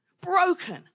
broken